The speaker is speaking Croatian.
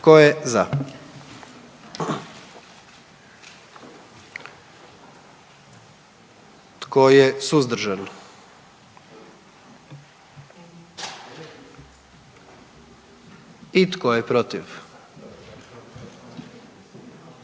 Tko je za? Tko je suzdržan? I tko je protiv?